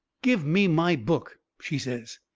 give me my book, she says.